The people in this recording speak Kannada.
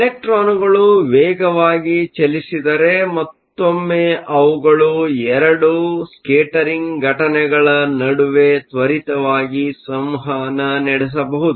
ಎಲೆಕ್ಟ್ರಾನ್ಗಳು ವೇಗವಾಗಿ ಚಲಿಸಿದರೆ ಮತ್ತೊಮ್ಮೆ ಅವುಗಳು ಎರಡು ಸ್ಕೇಟರಿಂಗ್Scattering ಘಟನೆಗಳ ನಡುವೆ ತ್ವರಿತವಾಗಿ ಸಂವಹನ ನಡೆಸಬಹುದು